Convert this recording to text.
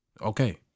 Okay